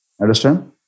Understand